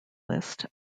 list